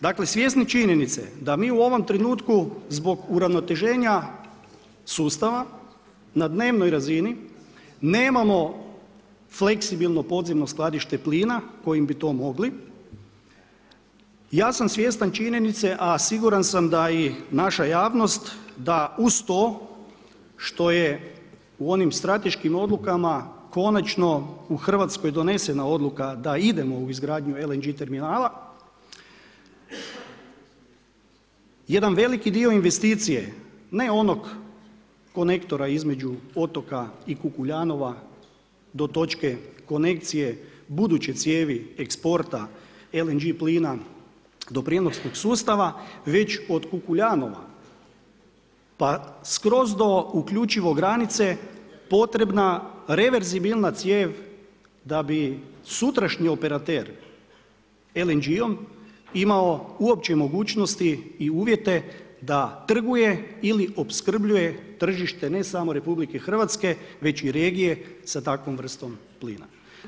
Dakle, svjesni činjenice da mi u ovom trenutku zbog uravnoteženja sustava na dnevnoj razini nemamo fleksibilno podzemno skladište plina kojim bi to mogli ja sam svjestan činjenice, a siguran sam da i naša javnost da uz to što je u onim strateškim odlukama konačno u Hrvatskoj donesena odluka da idemo u izgradnju LNG terminala jedan veliki dio investicije ne onog konektora između otoka i Kukuljanova do točke konekcije buduće cijevi eksporta LNG plina do prijenosnog sustava već od Kukuljanova pa skroz do uključivo granice potrebna reverzibilna cijev da bi sustrašnji operater LNG-om imao uopće mogućnosti i uvjete da trguje ili opskrbljuje tržište ne samo RH već i regije sa takvom vrstom plina.